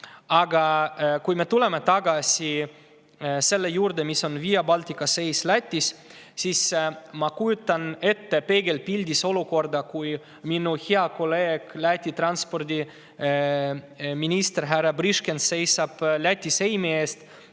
Aga tuleme tagasi selle juurde, mis on Via Baltica seis Lätis. Ma kujutan ette peegelpildis olukorda, kus minu hea kolleeg, Läti transpordiminister härra Briškens seisab Läti seimi ees